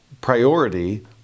priority